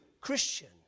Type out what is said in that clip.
Christian